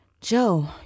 Joe